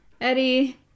Eddie